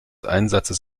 einsatzes